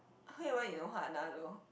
Hui-Wen in Ohana though